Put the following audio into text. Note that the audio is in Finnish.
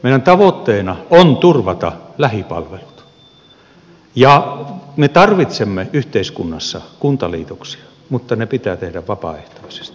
meidän tavoitteenamme on turvata lähipalvelut ja me tarvitsemme yhteiskunnassa kuntaliitoksia mutta ne pitää tehdä vapaaehtoisesti